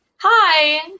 Hi